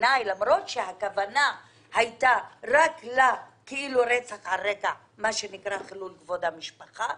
למרות שהכוונה הייתה רק לרצח על רקע חילול כבוד המשפחה,